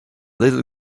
little